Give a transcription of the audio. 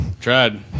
tried